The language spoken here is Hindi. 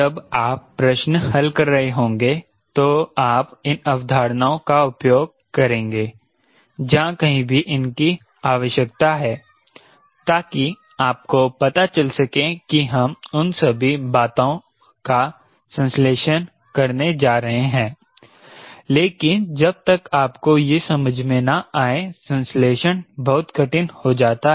जब आप प्रशन हल कर रहे होंगे तो आप इन अवधारणाओं का उपयोग करेंगे जहां कहीं भी इनकी आवश्यकता है ताकि आपको पता चल सके कि हम उन सभी बातों का संश्लेषण कैसे करने जा रहे हैं लेकिन जब तक आपको यह समझ में न आए संश्लेषण बहुत कठिन हो जाता है